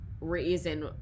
reason